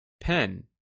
PEN